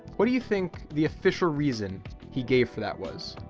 what do you think the official reason he gave for that was?